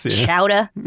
ah chowder,